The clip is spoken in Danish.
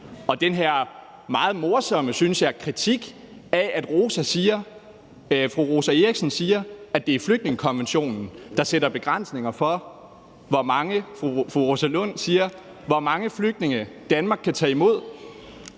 jeg, meget morsomme, kritik af, at fru Rosa Lund siger, at det er flygtningekonventionen, der sætter begrænsninger for, hvor mange flygtninge Danmark kan tage imod.